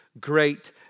great